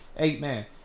Amen